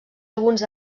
alguns